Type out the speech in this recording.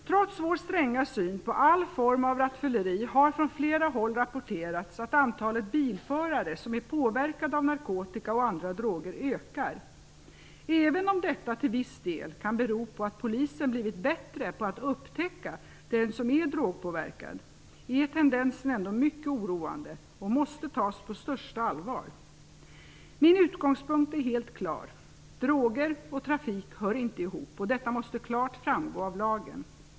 Trots vår stränga syn på all form av rattfylleri har från flera håll rapporterats att antalet bilförare som är påverkade av narkotika och andra droger ökar. Även om detta till viss del kan bero på att polisen blivit bättre på att upptäcka den som är drogpåverkad är tendensen ändå mycket oroande och måste tas på största allvar. Min utgångspunkt är helt klar. Droger och trafik hör inte ihop, och detta måste klart framgå av lagen.